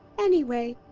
anyway,